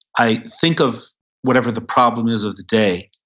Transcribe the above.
i think of whatever the problem is of the day.